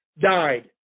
died